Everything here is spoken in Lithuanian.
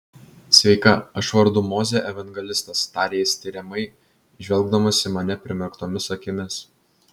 sveika aš vardu mozė evangelistas tarė jis tiriamai žvelgdamas į mane primerktomis akimis